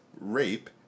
rape